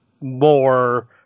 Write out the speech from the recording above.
more